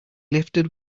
lifted